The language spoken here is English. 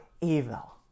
evil